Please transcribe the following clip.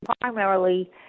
primarily